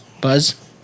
Buzz